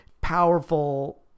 powerful